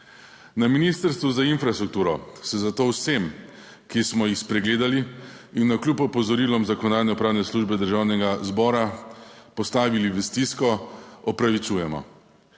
Na Ministrstvu za infrastrukturo se zato vsem, ki smo jih spregledali in navkljub opozorilom Zakonodajno-pravne službe Državnega zbora postavili v stisko, opravičujemo.